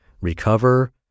recover